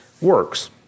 works